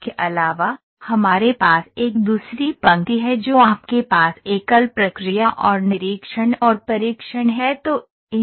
इसके अलावा हमारे पास एक दूसरी पंक्ति है जो आपके पास एकल प्रक्रिया और निरीक्षण और परीक्षण है